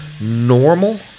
normal